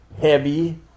heavy